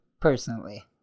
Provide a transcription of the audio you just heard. personally